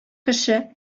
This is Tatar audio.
кеше